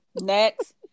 Next